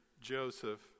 Joseph